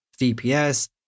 VPS